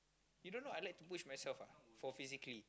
you don't know I like to push myself ah for physically